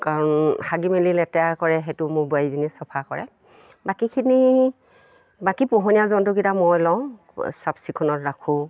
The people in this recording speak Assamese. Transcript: কাৰণ হাগি মেলি লেতেৰা কৰে সেইটো মোৰ বোৱাৰীজনীয়ে চফা কৰে বাকীখিনি বাকী পোহনীয়া জন্তুকেইটা মই লওঁ চাফ চিকুণত ৰাখোঁ